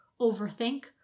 overthink